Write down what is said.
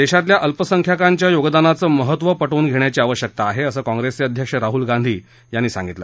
देशातल्या अल्पसंख्याकांच्या योगदानाचं महत्व प िव्न घेण्याची आवश्यकता आहे असं काँप्रेसचे अध्यक्ष राहल गांधी यांनी सांगितलं